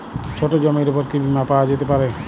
ছোট জমির উপর কি বীমা পাওয়া যেতে পারে?